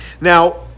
Now